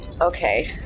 okay